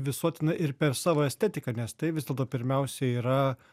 visuotinai ir per savo estetiką nes tai vis dėlto pirmiausia yra